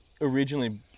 originally